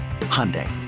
Hyundai